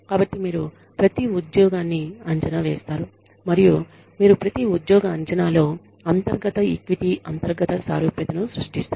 కాబట్టి మీరు ప్రతి ఉద్యోగాన్ని అంచనా వేస్తారు మరియు మీరు ప్రతి ఉద్యోగ అంచనాలో అంతర్గత ఈక్విటీ అంతర్గత సారూప్యతను సృష్టిస్తారు